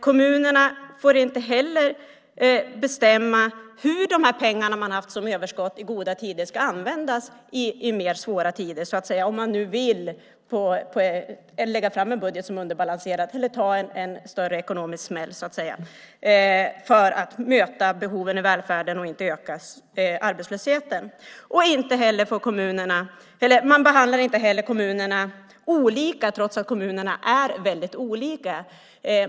Kommunerna får inte heller bestämma hur de pengar man fått i överskott i goda tider ska användas i svårare tider, om man vill lägga fram en budget som är underbalanserad eller ta en större ekonomisk smäll för att möta behoven i välfärden och inte öka arbetslösheten. Man behandlar inte heller kommunerna olika trots att kommunerna är väldigt olika.